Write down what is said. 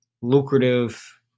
lucrative